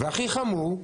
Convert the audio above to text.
והכי חמור,